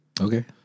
Okay